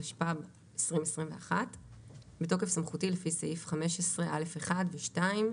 התשפ"ב-2021 בתוקף סמכותי לפי סעיף 15(א)(1) ו-(2)